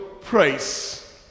praise